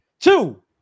Two